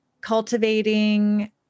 cultivating